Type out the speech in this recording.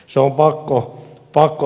se on pakko todeta